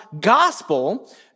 gospel